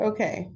Okay